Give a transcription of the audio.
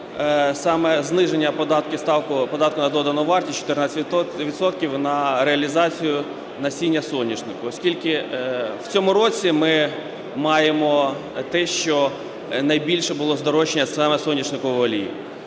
саме зниження ставки податку на додану вартість 14 відсотків на реалізацію насіння соняшнику, оскільки в цьому році ми маємо те, що найбільше було здорожчання саме соняшникової олії.